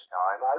time